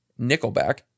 Nickelback